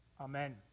Amen